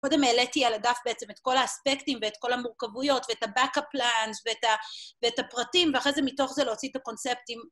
קודם העליתי על הדף בעצם את כל האספקטים ואת כל המורכבויות ואת ה-באקאפ פלנס ואת הפרטים, ואחרי זה מתוך זה להוציא את הקונספטים.